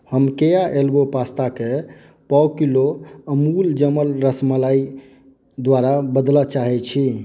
हम किए elbow pasta केँ पाव किलो अमूल जमल रसमलाई द्वारा बदलऽ चाहै छी